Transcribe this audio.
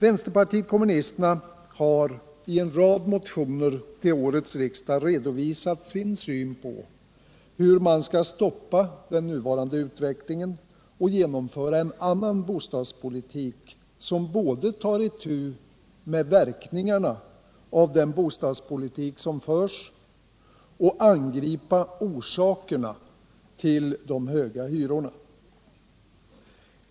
Vänsterpartiet komministerna har i en rad motioner till årets riksdag redovisat sin syn på hur man skall stoppa den nuvarande utvecklingen och genomföra en annan bostadspolitik som både tar itu med verkningarna av den bostadspolitik som förs och angriper orsaken till de höga hyrorna.